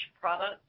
product